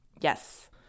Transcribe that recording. yes